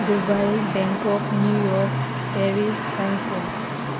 Dubai Bangkok New York Paris Hong Kong